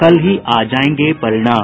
कल ही आ जायेंगे परिणाम